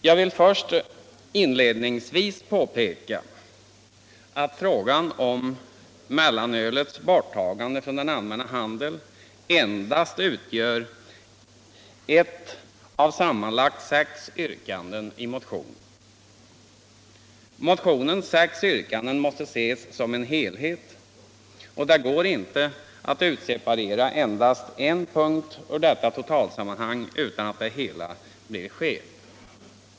Jag vill inledningsvis påpeka att mellanölets borttagande från den allmänna handeln endast utgör ett av sammanlagt sex yrkanden i motionen. Motionens sex yrkanden måste ses som en helhet, och det går inte att utseparera endast en punkt ur detta totalsammanhang utan att det hela blir skevt.